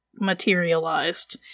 materialized